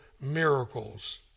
miracles